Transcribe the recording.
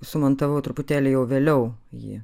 sumontavau truputėlį jau vėliau jį